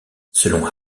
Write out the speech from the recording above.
selon